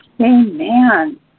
Amen